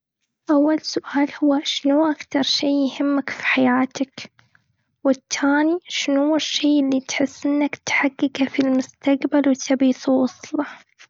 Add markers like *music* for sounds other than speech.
أول سؤال هو شنو أكتر شي يهمك في حياتك؟ والثاني شنو الشي اللي تحس إنك تحققه في المستقبل وتبي وصله؟ *noise*